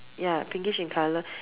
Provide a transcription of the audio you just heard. ya pinkish in color